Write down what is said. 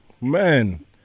man